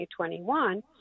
2021